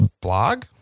blog